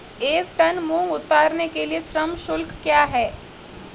एक टन मूंग उतारने के लिए श्रम शुल्क क्या है?